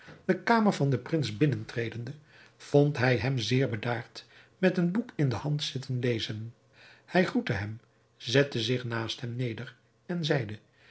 de kamer van den prins binnentredende vond hij hem zeer bedaard met een boek in de hand zitten lezen hij groette hem zette zich naast hem neder en zeide